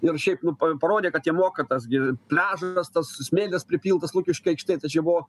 ir šiaip nu parodė kad jie moka tas gi pliažas tas smėlis pripiltas lukiškių aikštėj tai čia buvo